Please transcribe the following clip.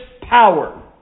power